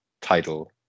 title